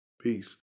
Peace